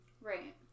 Right